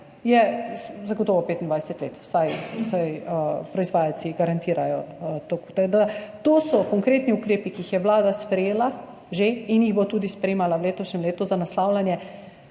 25 let, vsaj proizvajalci toliko garantirajo. To so konkretni ukrepi, ki jih je vlada že sprejela in jih bo tudi sprejemala v letošnjem letu za naslavljanje